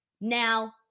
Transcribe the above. Now